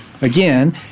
again